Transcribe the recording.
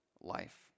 life